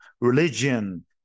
Religion